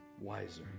wiser